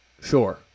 sure